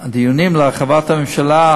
הדיונים להרחבת הממשלה,